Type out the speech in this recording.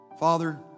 Father